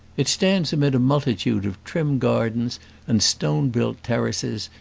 it stands amid a multitude of trim gardens and stone-built terraces,